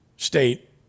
state